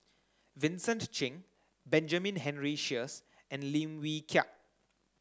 Vincent Cheng Benjamin Henry Sheares and Lim Wee Kiak